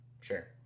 sure